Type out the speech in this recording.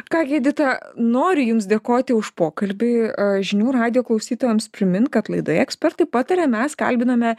ką gi edita noriu jums dėkoti už pokalbį žinių radijo klausytojams primint kad laidoje ekspertai pataria mes kalbinome